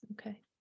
Okay